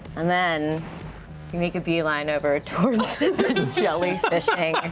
and then make a beeline over towards the jellyfishing